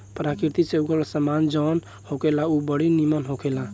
प्रकृति से उगल सामान जवन होखेला उ बड़ी निमन होखेला